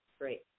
great